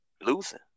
losing